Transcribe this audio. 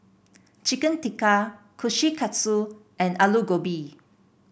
Chicken Tikka Kushikatsu and Alu Gobi